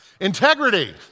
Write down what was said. Integrity